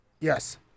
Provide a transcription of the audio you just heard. Yes